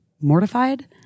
mortified